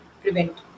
prevent